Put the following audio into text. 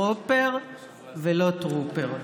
טרוֹפר ולא טרוּפר.